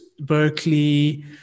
Berkeley